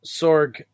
Sorg